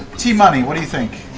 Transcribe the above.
t-money, what do you think?